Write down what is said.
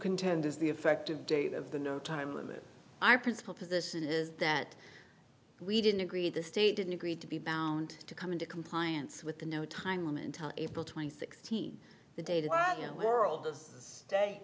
contend is the effective date of the no time limit our principle position is that we didn't agree the state didn't agree to be bound to come into compliance with the no time limit until april twenty sixth the dating world